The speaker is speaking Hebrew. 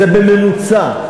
זה בממוצע.